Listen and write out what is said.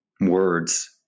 words